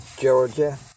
Georgia